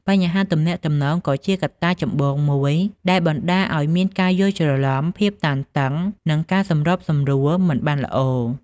បញ្ហាទំនាក់ទំនង ក៏ជាកត្តាចម្បងមួយដែលបណ្ដាលឱ្យមានការយល់ច្រឡំ ភាពតានតឹង និងការសម្របសម្រួលមិនបានល្អ។